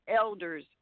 elders